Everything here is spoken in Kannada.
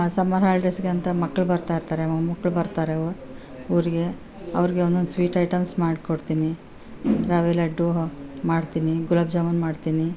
ಸಮ್ಮರ್ ಹಾಲಿಡೇಸ್ಗೆ ಅಂತ ಮಕ್ಳು ಬರ್ತಾಯಿರ್ತಾರೆ ಮೊಮ್ಮಕ್ಳು ಬರ್ತಾರೆ ಊರಿಗೆ ಅವ್ರಿಗೆ ಒಂದೊಂದು ಸ್ವೀಟ್ ಐಟಮ್ಸ್ ಮಾಡ್ಕೊಡ್ತೀನಿ ರವೆ ಲಡ್ಡು ಮಾಡ್ತೀನಿ ಗುಲಾಬ್ ಜಾಮುನು ಮಾಡ್ತೀನಿ